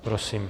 Prosím.